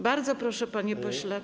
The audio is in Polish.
Bardzo proszę, panie pośle.